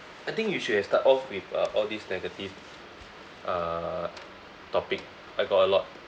I think you should have start off with uh all these negative uh topic I got a lot